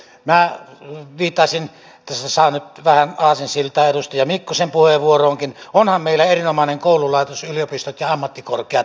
minä viittaisin siihen tästä saa nyt vähän aasinsiltaa edustaja mikkosen puheenvuoroonkin että onhan meillä erinomainen koululaitos yliopistot ja ammattikorkeat